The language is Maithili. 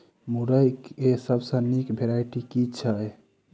मुरई केँ सबसँ निक वैरायटी केँ छै?